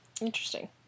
Interesting